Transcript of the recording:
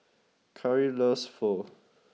Cary loves Pho